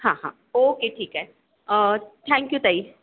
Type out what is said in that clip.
हां हां ओके ठीक आहे थँक्यू ताई